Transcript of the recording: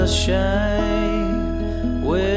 shine